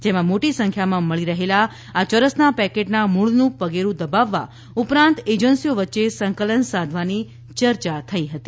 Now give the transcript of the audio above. જેમાં મોટી સંખ્યામાં મળી રહેલા આ યરસના પેકેટના મૂળનું પગેડું દબાવવા ઉપરાંત એજન્સીઓ વચ્ચે સંકલન સાધવાની ચર્ચા થઈ હતી